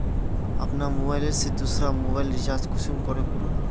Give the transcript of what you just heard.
अपना मोबाईल से दुसरा मोबाईल रिचार्ज कुंसम करे करूम?